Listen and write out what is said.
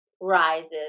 rises